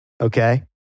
Okay